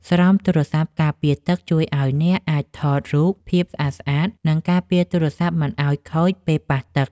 ស្រោមទូរស័ព្ទការពារទឹក ជួយឱ្យអ្នកអាចថតរូបភាពស្អាតៗ និងការពារទូរស័ព្ទមិនឱ្យខូចពេលប៉ះទឹក។